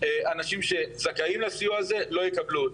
אנשים שזכאים לסיוע הזה לא יקבלו אותו.